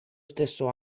stesso